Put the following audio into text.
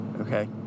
okay